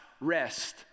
rest